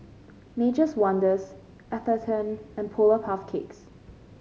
Nature's Wonders Atherton and Polar Puff Cakes